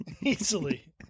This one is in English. Easily